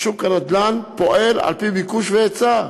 ששוק הנדל"ן פועל על-פי ביקוש והיצע.